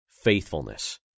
faithfulness